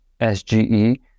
SGE